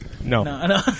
No